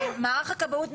ואני אומר לך את האמת,